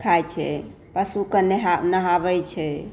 खाय छै पशुके नहाबै छै